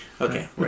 Okay